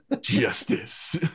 justice